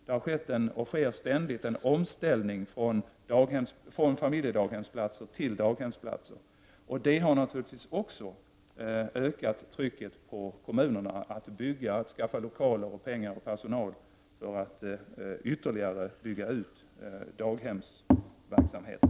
Det har skett — och sker ständigt — en omställning från familjedaghemsplatser till daghemsplatser. Det har naturligtvis också ökat trycket på kommunerna när det gäller att skaffa lokaler, pengar och personal för att ytterligare bygga ut daghemsverksamheten.